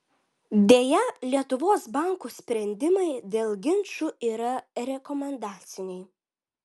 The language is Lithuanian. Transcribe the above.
deja lietuvos banko sprendimai dėl ginčų yra rekomendaciniai